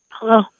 Hello